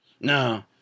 No